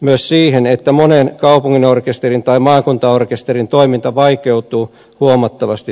myös siihen että monen kaupunginorkesterin tai maakuntaorkesterin toiminta vaikeutuu huomattavasti